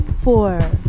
four